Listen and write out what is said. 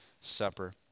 Supper